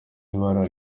ibara